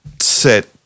Set